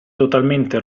totalmente